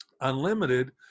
unlimited